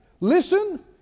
listen